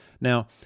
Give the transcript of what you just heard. Now